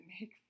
make